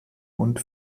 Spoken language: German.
und